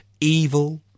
evil